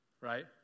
Right